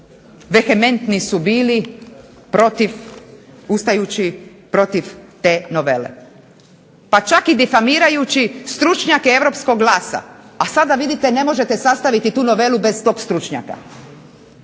dehementni su bili protiv ustajući protiv te novele. Pa čak i difamirajući stručnjake europskog glasa, a sada vidite ne možete sastaviti tu novelu bez tog stručnjaka.